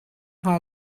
hnga